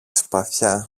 σπαθιά